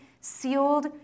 sealed